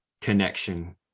connection